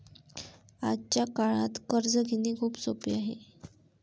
आजच्या काळात कर्ज घेणे खूप सोपे आहे